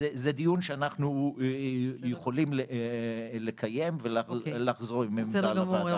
זה דיון שאנחנו יכולים לקיים ולחזור עם עמדה לוועדה.